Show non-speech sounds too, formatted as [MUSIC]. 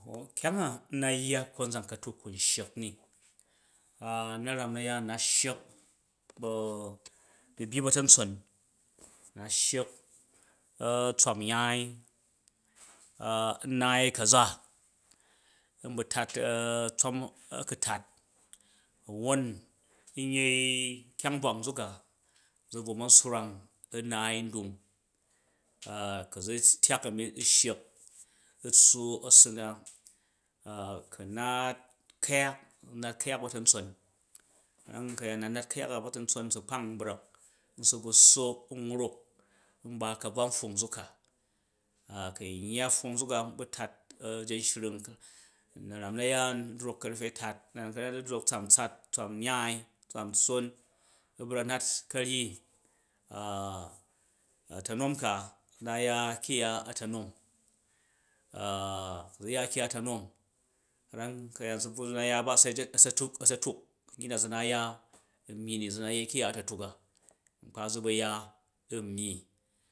Nkyang a u̱ na yya konzan ka̱tuk ku n sshak ni, u̱ na̱ram na̱yaan n na sshek ba̱-byibyip a̱ta̱ntson, nna sshak tswam nyaai [HESITATION] n naai ka̱za nbu̱tat tswam a̱kutat, a̱won n yei kyang bvak nzuka zu bvu ma̱n swrang u̱ naai ndung [HESITATION] ku zu tyak a̱mi u̱ sshak u̱ tssu a̱ssu na ku n naat ku̱yak n nat ku̱yak ba̱ta̱ntson ka̱ram ka̱yaan n na nat ku̱yaka ba̱ta̱ntson nsu kpang n brak nsu̱ ba swo n wruk n ba ka̱bvwa npfong nzuk ka [HESITATION] ku nyya pfong nzuka unbu̱tat a̱za̱nshring, na̱ram na̱yaan drok karfe tat na̱ram na̱yaan zu drok tswam tsat, tswam nyaai, tswam tsoon u̱ brak nat ka̱ryi [HESITATION] a̱ta̱nom ka zu na̱ ya kyungya da̱nom [HESITATION] ku zu ya kyungya a̱ta̱nom ka̱ram ka̱yaan zu bva na ya ba se a̱sa̱tuk a̱sa̱tuk nyyi na zu na ya nmyyi ni zu na yei kyungya a̱ta̱tuk a nkpa zu bu ya n myyi